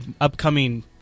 upcoming –